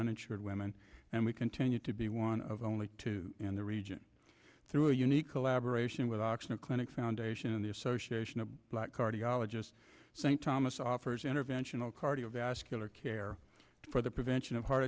uninsured women and we continue to be one of only two in the region through a unique collaboration with clinic foundation the association of black cardiologist st thomas offers interventional cardiovascular care for the prevention of heart